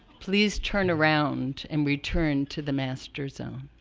please turn around and return to the master zone.